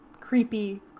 creepy